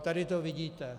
Tady to vidíte.